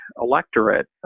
electorate